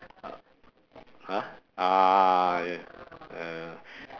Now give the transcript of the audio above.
!huh! ah yeah yeah yeah